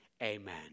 Amen